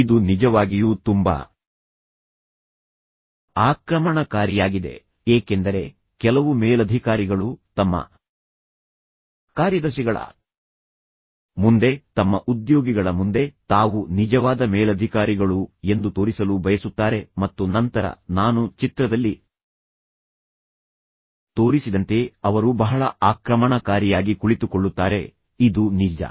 ಇದು ನಿಜವಾಗಿಯೂ ತುಂಬಾ ಆಕ್ರಮಣಕಾರಿಯಾಗಿದೆ ಏಕೆಂದರೆ ಕೆಲವು ಮೇಲಧಿಕಾರಿಗಳು ತಮ್ಮ ಕಾರ್ಯದರ್ಶಿಗಳ ಮುಂದೆ ತಮ್ಮ ಉದ್ಯೋಗಿಗಳ ಮುಂದೆ ತಾವು ನಿಜವಾದ ಮೇಲಧಿಕಾರಿಗಳು ಎಂದು ತೋರಿಸಲು ಬಯಸುತ್ತಾರೆ ಮತ್ತು ನಂತರ ನಾನು ಚಿತ್ರದಲ್ಲಿ ತೋರಿಸಿದಂತೆ ಅವರು ಬಹಳ ಆಕ್ರಮಣಕಾರಿಯಾಗಿ ಕುಳಿತುಕೊಳ್ಳುತ್ತಾರೆ ಇದು ನಿಜ